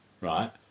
right